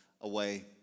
away